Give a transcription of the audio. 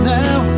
now